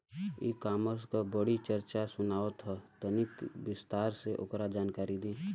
E commerce क बड़ी चर्चा सुनात ह तनि विस्तार से ओकर जानकारी दी?